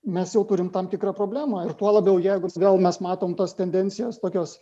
mes jau turim tam tikrą problemą ir tuo labiau jeigu vėl mes matom tas tendencijas tokias